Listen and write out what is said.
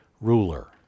ruler